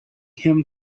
him